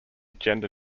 gender